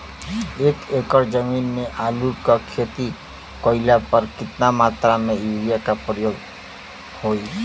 एक एकड़ जमीन में आलू क खेती कइला पर कितना मात्रा में यूरिया क प्रयोग होई?